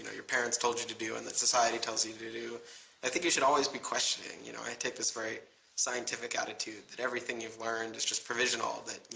your parents told you to do and that society tells you you to do i think you should always be questioning, you know, i take this very scientific attitude that everything you've learned is just provisional that,